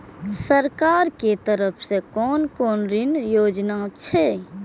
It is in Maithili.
सरकार के तरफ से कोन कोन ऋण योजना छै?